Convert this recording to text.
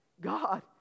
God